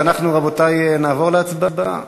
אז אנחנו, רבותי, נעבור להצבעה.